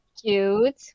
cute